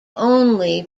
only